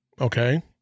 okay